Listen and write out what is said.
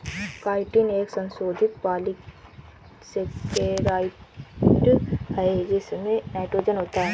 chitin एक संशोधित polysaccharide है जिसमें नाइट्रोजन होता है